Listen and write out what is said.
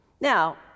Now